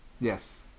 Yes